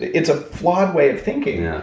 it's a flawed way of thinking,